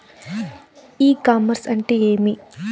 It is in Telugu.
ఇ కామర్స్ అంటే ఏమి?